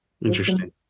interesting